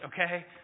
okay